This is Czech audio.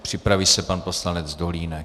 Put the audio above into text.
Připraví se pan poslanec Dolínek.